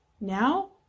now